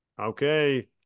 Okay